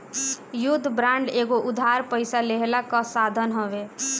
युद्ध बांड एगो उधार पइसा लेहला कअ साधन हवे